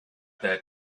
that